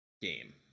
game